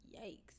Yikes